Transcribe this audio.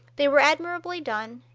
they were admirably done,